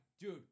dude